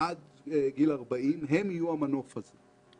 עד גיל 40, יהיו המנוף הזה.